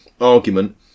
argument